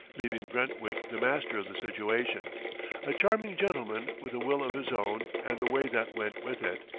leaving brentwick the master of the situation a charming gentleman with a will of his own and a way that went with it.